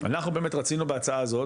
אנחנו באמת רצינו בהצעת הזאת,